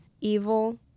evil